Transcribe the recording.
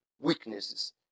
weaknesses